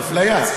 אפליה.